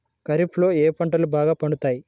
ఖరీఫ్లో ఏ పంటలు బాగా పండుతాయి?